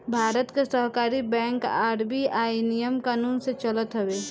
भारत के सहकारी bank RBI नियम कानून से चलत हवे